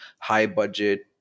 high-budget